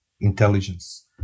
intelligence